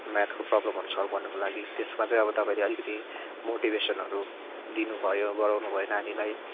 म्याथको प्रब्लमहरू सल्भहरू गर्नुको लागि त्यसमा चाहिँ अब तपाईँले अलिकति मोटिभेसनहरू दिनुभयो गराउनुभयो नानीलाई